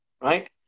right